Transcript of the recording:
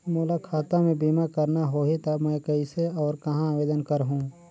मोला खाता मे बीमा करना होहि ता मैं कइसे और कहां आवेदन करहूं?